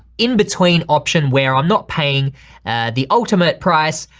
in-between option where i'm not paying the ultimate price,